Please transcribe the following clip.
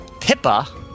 Pippa